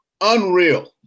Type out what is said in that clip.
Unreal